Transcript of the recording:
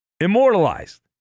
immortalized